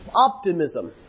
Optimism